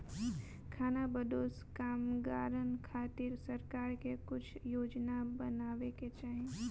खानाबदोश कामगारन खातिर सरकार के कुछ योजना बनावे के चाही